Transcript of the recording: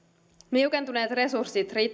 niukentuneet resurssit riittävät